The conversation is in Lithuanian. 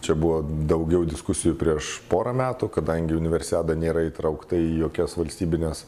čia buvo daugiau diskusijų prieš porą metų kadangi universiada nėra įtraukta į jokias valstybines